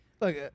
Look